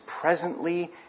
presently